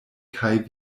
kaj